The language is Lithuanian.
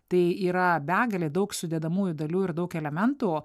tai yra begalė daug sudedamųjų dalių ir daug elementų